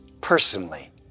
personally